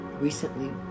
recently